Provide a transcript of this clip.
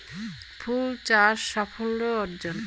ফুল চাষ সাফল্য অর্জন?